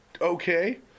okay